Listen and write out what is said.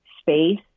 space